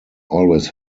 always